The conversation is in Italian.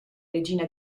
regina